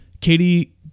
Katie